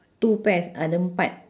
two pairs ada empat